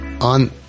on